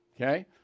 okay